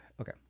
Okay